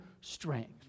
strength